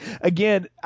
Again